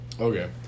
Okay